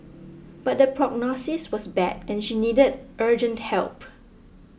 but the prognosis was bad and she needed urgent help